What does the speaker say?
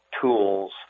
tools